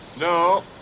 No